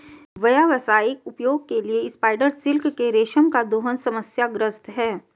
व्यावसायिक उपयोग के लिए स्पाइडर सिल्क के रेशम का दोहन समस्याग्रस्त है